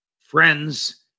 friends